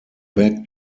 back